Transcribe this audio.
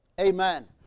Amen